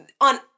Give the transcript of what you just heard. on